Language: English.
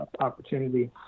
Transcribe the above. opportunity